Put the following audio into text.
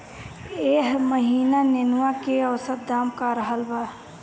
एह महीना नेनुआ के औसत दाम का रहल बा?